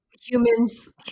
humans